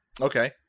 Okay